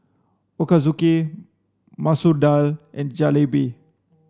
Ochazuke Masoor Dal and Jalebi